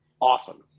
awesome